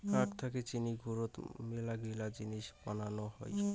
আখ থাকি চিনি যুত মেলাগিলা জিনিস বানানো হই